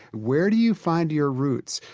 where do you find your roots?